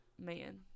man